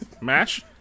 MASH